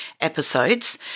episodes